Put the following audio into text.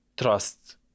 trust